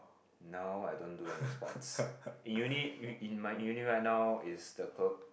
no I don't do any sports uni in my uni right now is the